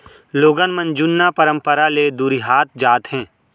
लोगन मन जुन्ना परंपरा ले दुरिहात जात हें